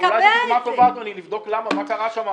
אולי זו דוגמה טובה, אדוני, לבדוק למה, מה קרה שם.